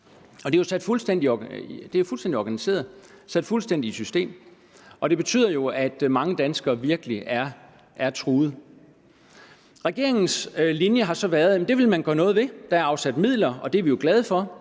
Det er fuldstændig organiseret, sat fuldstændig i system, og det betyder jo, at mange danskere virkelig er truet. Regeringens linje har så været, at man vil gøre noget ved det. Der er afsat midler – og det er vi jo glade for,